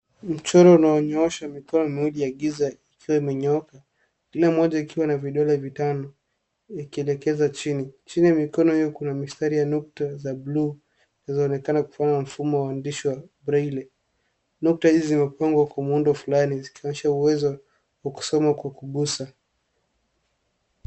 Michoro inayonyoosha mikono miwili ya giza ikiwa imenyooka kila moja ikiwa na vidole vitano yakielekeza chini. Chini ya mikono hiyo kuna mistari ya nukta za bluu zinazoonekana kufanana na mfumo wa maandishi wa breli. Nukta hizi zimepangwa kwa muundo fulani zikionyesha uwezo wa kusoma kwa kugusa.